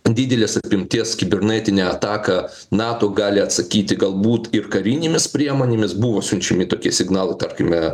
didelės apimties kibernetinę ataką nato gali atsakyti galbūt ir karinėmis priemonėmis buvo siunčiami tokie signalai tarkime